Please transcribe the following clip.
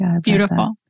beautiful